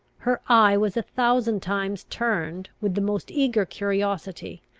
her eye was a thousand times turned, with the most eager curiosity,